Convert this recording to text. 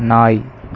நாய்